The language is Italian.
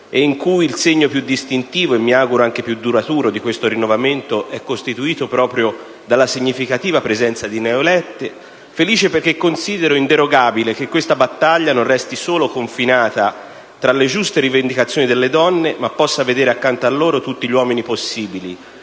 e in cui il segno più distintivo, e mi auguro anche più duraturo, di questo rinnovamento è costituito proprio dalla significativa presenza di neoelette; felice perché considero inderogabile che questa battaglia non resti solo confinata tra le giuste rivendicazioni delle donne, ma possa vedere accanto a loro tutti gli uomini possibili,